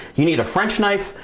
you need a french knife.